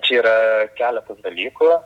čia yra keletas dalykų